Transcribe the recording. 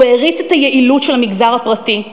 הוא העריץ את היעילות של המגזר הפרטי,